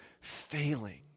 failing